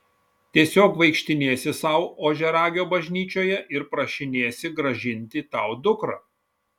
tiesiog vaikštinėsi sau ožiaragio bažnyčioje ir prašinėsi grąžinti tau dukrą